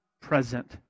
present